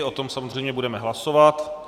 O tom samozřejmě budeme hlasovat.